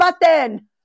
button